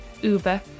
Uber